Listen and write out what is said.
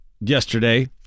yesterday